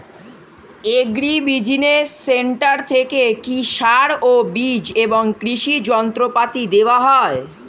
Agri business centre থেকে কি সার ও বিজ এবং কৃষি যন্ত্র পাতি দেওয়া হয়?